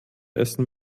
essen